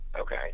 Okay